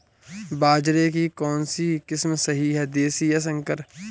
बाजरे की कौनसी किस्म सही हैं देशी या संकर?